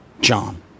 John